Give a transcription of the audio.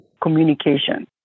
communication